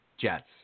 Jets